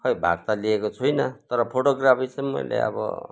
खै भाग त लिएको छुइनँ तर फोटोग्राफी चाहिँ मैले अब